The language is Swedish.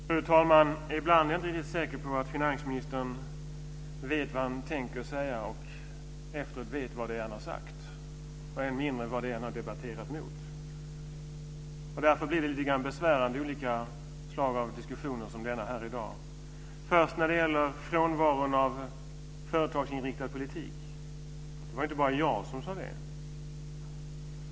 Fru talman! Ibland är jag inte riktigt säker på att finansministern vet vad han tänker säga och efteråt vet vad han har sagt, än mindre vad det är han har debatterat mot. Därför blir det lite grann besvärande i olika slag av diskussioner, som den i dag. När det gäller frånvaron av företagsinriktad politik var det inte bara jag som talade om det.